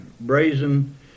brazen